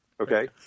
Okay